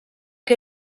que